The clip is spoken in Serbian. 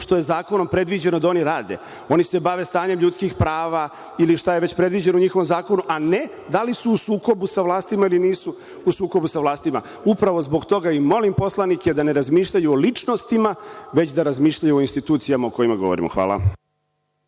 što je zakonom predviđeno da oni rade. Oni se bave stanjem ljudskih prava ili šta je već predviđeno u njihovom zakonu, a ne da li su u sukobu sa vlastima ili nisu u sukobu sa vlastima. Upravo zbog toga i molim poslanike da ne razmišljaju o ličnostima, već da razmišljaju o institucijama o kojima govorimo. Hvala.